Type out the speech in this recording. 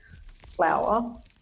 flour